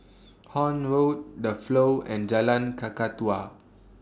Horne Road The Flow and Jalan Kakatua